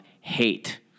hate